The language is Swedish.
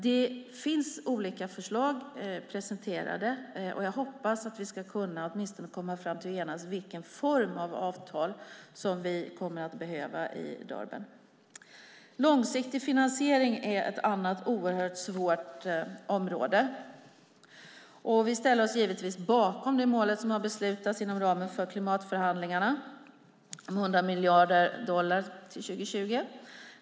Det finns olika förslag presenterade, och jag hoppas att vi i Durban åtminstone ska kunna enas om vilken form av avtal som vi behöver. Långsiktig finansiering är ett annat oerhört svårt område. Vi ställer oss givetvis bakom det mål som har beslutats inom ramen för klimatförhandlingarna om 100 miljarder dollar till 2020.